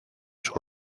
sus